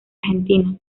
argentina